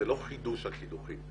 זה לא חידוש הקידוחים.